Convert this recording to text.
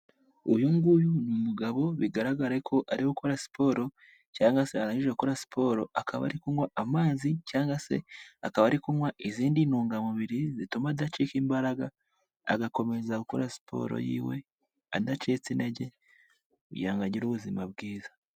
Uyu nguyu ni umugabo bigaragara ko ari gukora siporo cyangwa se arangije gukora siporo akaba ari kunywa amazi cyangwa se akaba ari kunywa izindi ntungamubiri zituma adacika imbaraga, agakomeza gukora siporo yiwe adacitse intege kugira ngo agire ubuzima bwiza.